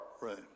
room